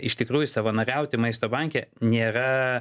iš tikrųjų savanoriauti maisto banke nėra